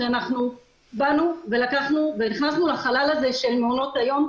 אנחנו באנו ונכנסנו לחלל הזה של מעונות היום,